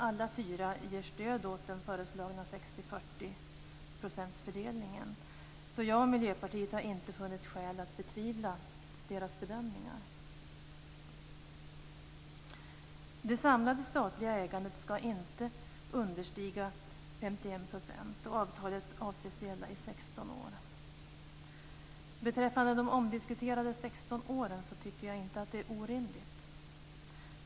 Alla fyra ger stöd åt den föreslagna 60/40-procentsfördelningen så jag och Miljöpartiet har inte funnit skäl att betvivla deras bedömningar. Det samlade statliga ägandet skall inte understiga 51 %, och avtalet avses gälla i 16 år. De omdiskuterade 16 åren tycker jag inte är en orimlighet.